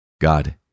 God